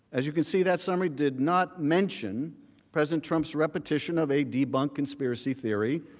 as you can see that summary did not mention president trump's repetition of a debunked conspiracy theory,